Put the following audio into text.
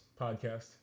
podcast